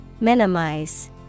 Minimize